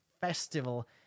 festival